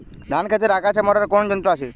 ধান ক্ষেতের আগাছা মারার কোন যন্ত্র আছে?